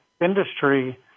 industry